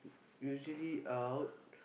usually out